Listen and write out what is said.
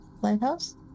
lighthouse